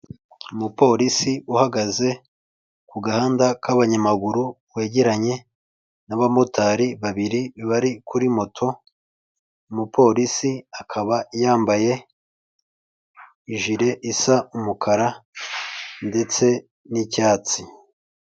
Umupolisi uhagaze ku gahanda k'abanyamaguru wegeranye n'abamotari babiri bari kuri moto. Umuporisi akaba yambaye ijire isa umukara ndetse n'icyatsi.